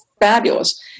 fabulous